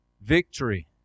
victory